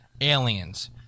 aliens